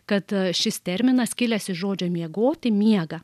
kad šis terminas kilęs iš žodžio miegoti miega